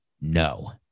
No